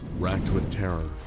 wracked with terror,